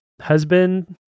husband